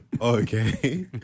okay